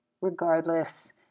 Regardless